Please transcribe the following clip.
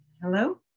Hello